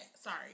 Sorry